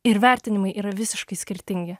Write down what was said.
ir vertinimai yra visiškai skirtingi